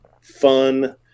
fun